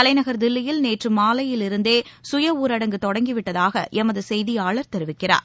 தலைநகர் தில்லியில் நேற்றுமாலையிலிருந்தே சுய ஊரடங்கு தொடங்கிவிட்டதாகஎமதுசெய்தியாளர் தெரிவிக்கிறார்